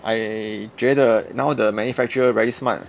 I 觉得 now the manufacturer very smart